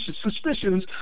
suspicions